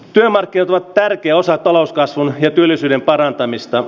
työmarkkinat ovat tärkeä osa talouskasvun ja työllisyyden parantamista